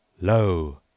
Lo